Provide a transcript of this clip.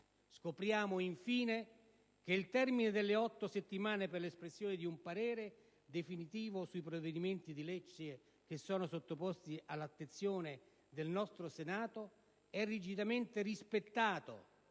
Scopriamo infine che il termine delle otto settimane per l'espressione di un parere definitivo sui provvedimenti che sono sottoposti all'attenzione del nostro Senato è rigidamente rispettato,